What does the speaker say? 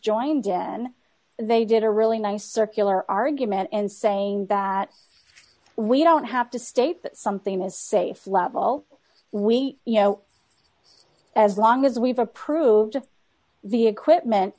joined in they did a really nice circular argument and saying that we don't have to state that something is safe level we you know as long as we've approved of the equipment